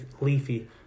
Leafy